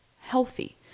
healthy